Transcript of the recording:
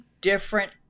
different